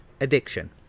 addiction